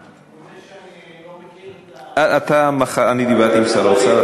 אני מודה שאני לא מכיר, אני דיברתי עם שר האוצר.